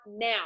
now